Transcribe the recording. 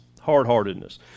hard-heartedness